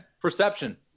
Perception